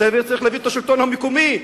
צריך להביא את השלטון המקומי,